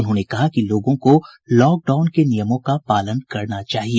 उन्होंने कहा है कि लोगों को लॉकडाउन के नियमों का पालन करना चाहिए